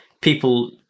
people